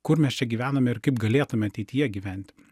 kur mes čia gyvename ir kaip galėtume ateityje gyvent